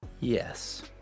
Yes